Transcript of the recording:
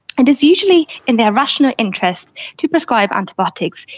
and is usually in their rational interest to prescribe antibiotics,